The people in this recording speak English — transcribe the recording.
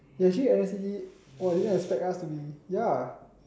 ya actually !wah! actually didn't expect us to be ya